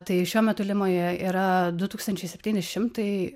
tai šiuo metu limoje yra du tūkstančiai septyni šimtai